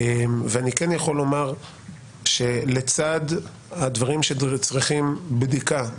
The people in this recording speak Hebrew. אני כן יכול לומר שלצד הדברים שצריכים בדיקה,